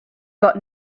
got